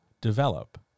develop